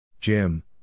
Jim